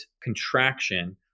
contraction